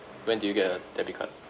when did you get a debit card